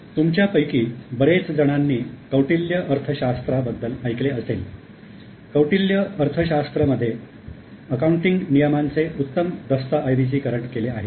तुमच्यापैकी बरेच जणांनी कौटिल्य अर्थशास्त्र बद्दल ऐकले असेल कौटिल्य अर्थशास्त्र मध्ये अकाउंटिंग नियमांचे उत्तम दस्तऐवजीकरण केले आहे